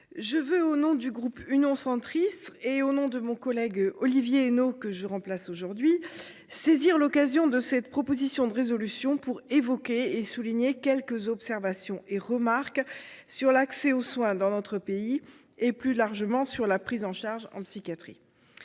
je veux, au nom du groupe Union Centriste et de mon collègue Olivier Henno, que je remplace aujourd’hui, saisir l’occasion de cette proposition de résolution pour formuler quelques observations et remarques sur l’accès aux soins dans notre pays et, plus largement, sur la prise en charge en psychiatrie.